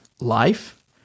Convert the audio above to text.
life